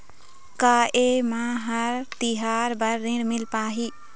का ये म हर तिहार बर ऋण मिल पाही?